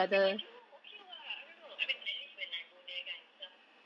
eh but jurong okay [what] I don't know I mean at least when I go there kan macam